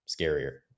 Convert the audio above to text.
scarier